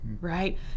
Right